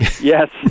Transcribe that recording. Yes